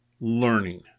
learning